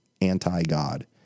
anti-God